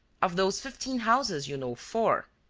of those fifteen houses, you know four.